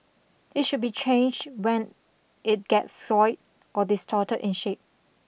it should be changed when it gets soiled or distorted in shape